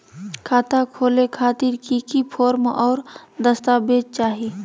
खाता खोले खातिर की की फॉर्म और दस्तावेज चाही?